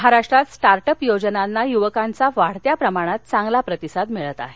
महाराष्ट्रात start up योजनांना युवकांच्या वाढत्या प्रमाणात चांगला प्रतिसाद मिळत आहे